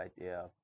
idea